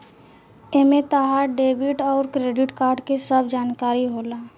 एमे तहार डेबिट अउर क्रेडित कार्ड के सब जानकारी होला